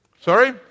Sorry